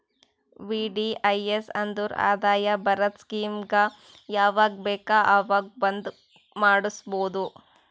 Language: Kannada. ವಿ.ಡಿ.ಐ.ಎಸ್ ಅಂದುರ್ ಆದಾಯ ಬರದ್ ಸ್ಕೀಮಗ ಯಾವಾಗ ಬೇಕ ಅವಾಗ್ ಬಂದ್ ಮಾಡುಸ್ಬೋದು